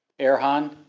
Erhan